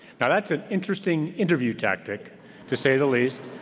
now that's an interesting interview tactic to say the least,